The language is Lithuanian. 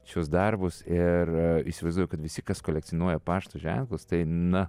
šiuos darbus ir įsivaizduoju kad visi kas kolekcionuoja pašto ženklus tai na